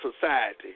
society